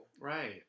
Right